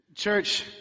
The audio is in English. Church